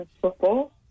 football